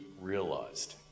realized